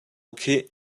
khih